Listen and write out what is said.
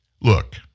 Look